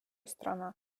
страна